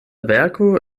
verko